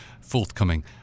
forthcoming